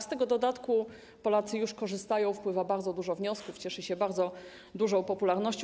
Z tego dodatku Polacy już korzystają, wpływa bardzo dużo wniosków, cieszy się on bardzo dużą popularnością.